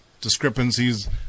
discrepancies